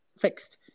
fixed